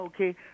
Okay